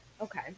Okay